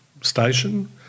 Station